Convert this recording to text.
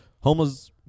homeless